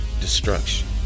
destruction